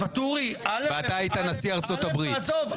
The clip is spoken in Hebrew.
ואתה היית נשיא ארה"ב.